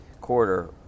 quarter